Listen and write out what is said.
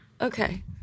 Okay